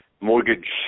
mortgage